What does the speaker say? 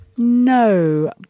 No